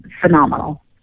phenomenal